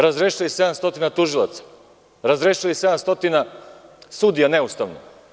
Razrešili ste 700 tužilaca, razrešili 700 sudija neustavno.